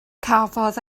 cafodd